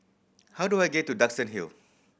how do I get to Duxton Hill